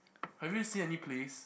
have you seen any plays